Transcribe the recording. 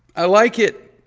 i like it.